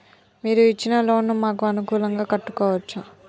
మీరు ఇచ్చిన లోన్ ను మాకు అనుకూలంగా కట్టుకోవచ్చా?